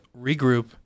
regroup